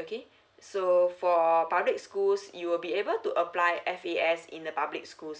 okay so for public schools you will be able to apply f a s in the public schools